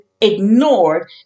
ignored